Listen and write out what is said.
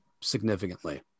significantly